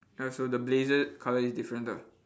ya so the blazer colour is different ah